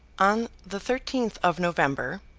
on the thirteenth of november,